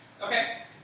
Okay